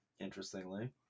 interestingly